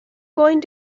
going